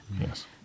Yes